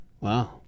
Wow